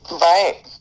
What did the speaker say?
Right